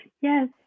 Yes